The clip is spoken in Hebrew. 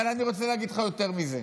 אבל אני רוצה להגיד לך יותר מזה: